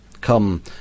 Come